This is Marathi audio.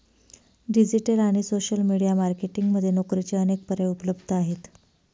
डिजिटल आणि सोशल मीडिया मार्केटिंग मध्ये नोकरीचे अनेक पर्याय उपलब्ध आहेत